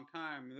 time